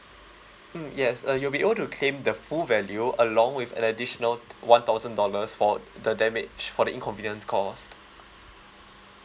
mm yes uh you'll be able to claim the full value along with an additional one thousand dollars for the damage for the inconvenience caused